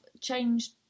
changed